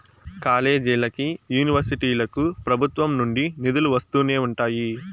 కాలేజీలకి, యూనివర్సిటీలకు ప్రభుత్వం నుండి నిధులు వస్తూనే ఉంటాయి